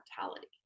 mortality